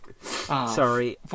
Sorry